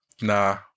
nah